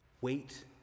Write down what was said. Wait